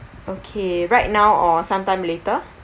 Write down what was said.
okay right now or sometime later